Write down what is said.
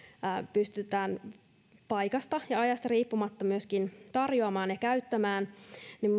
pystytään myöskin paikasta ja ajasta riippumatta tarjoamaan ja käyttämään niin